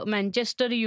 Manchester